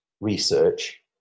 research